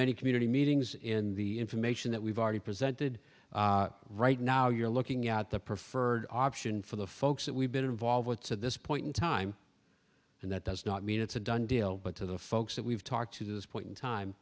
many community meetings in the information that we've already presented right now you're looking at the preferred option for the folks that we've been involved with to this point in time and that does not mean it's a done deal but to the folks that we've talked to this point in time